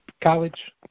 college